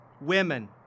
women